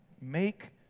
Make